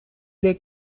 they